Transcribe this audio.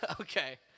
Okay